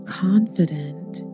confident